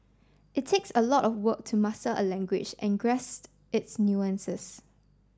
it takes a lot of work to master a language and grasp its nuances